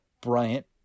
Bryant